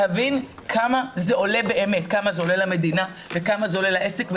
להבין כמה זה עולה באמת כמה זה עולה למדינה וכמה זה עולה לעסק,